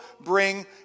bring